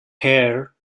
hair